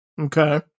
Okay